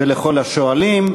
ולכל השואלים.